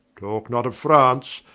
talke not of france,